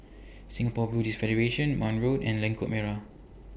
Singapore Buddhist Federation Marne Road and Lengkok Merak